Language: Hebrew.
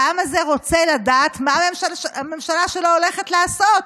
העם הזה רוצה לדעת מה הממשלה שלו הולכת לעשות,